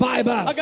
Bible